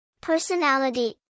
Personality